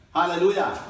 Hallelujah